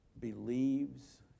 believes